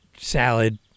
salad